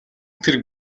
тэрэг